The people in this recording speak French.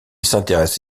s’intéresse